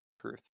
truth